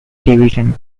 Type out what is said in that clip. division